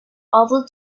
able